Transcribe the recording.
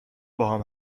باهام